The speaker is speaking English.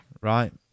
right